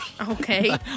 Okay